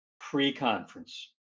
pre-conference